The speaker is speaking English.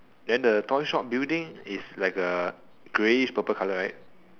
then the toy shop building is like a greyish purple colour right